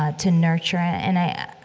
ah to nurture it. and i,